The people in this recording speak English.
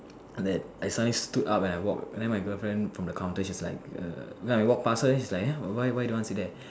that I suddenly stood up and I walk and then my girlfriend from the counter she was like err then I walk past her and she was like uh why why don't want sit there